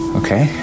okay